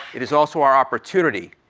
it is also our opportunity.